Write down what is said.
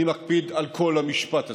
אני מקפיד על כל המשפט הזה.